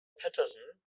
peterson